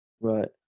right